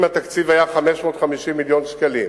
אם התקציב היה 550 מיליון שקלים,